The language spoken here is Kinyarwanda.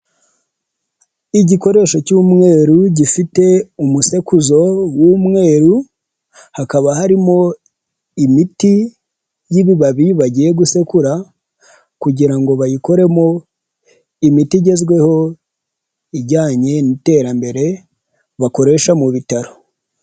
Igikoresho cy'umweru gifite umusekuzo w'umweru hakaba harimo imiti y'ibibabi bagiye gusekura kugira ngo bayikoremo imiti igezweho ijyanye n'iterambere bakoresha mu bitaro.